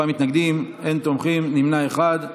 64 מתנגדים, אין תומכים, נמנע אחד.